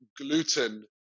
gluten